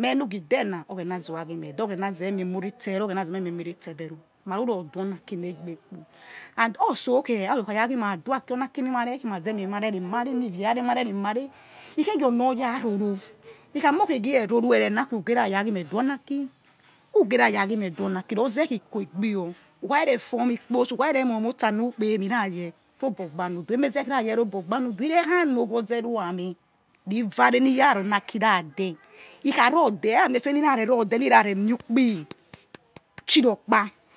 meẖ nu̱ ghi de na oghena zu ha ghi me̱̱ẖ de oghena zeh me̱ muh zeh me̱ muhem ri itse-meh ru̱ who kha ruror du oni aki ne̱gbe and or so̱ khei oya okharaghi madua aki ona aki ni ma re khi ma mu̱ eh mi ma rerem-are ikhei ghi onoṟ ya ro̱ro̱ ikhamor khe ghie ro̱ro̱ ere na akhue uge raya ghimedu or na aki ruze̱ khi ikuhegbe y oṟ who kha re moi motsa nu̱ kpeme iragei deẖ ro̱obo̱ gbanu du̱ emeze he ye̱ robor gba nudu he̱ re ha na omoze roha meh ri̱ va̱re̱ ne̱ ra roni aki ra̱ de̱ẖ ikharodeh amoifeni ra̱ moi ukpi chiri okpa.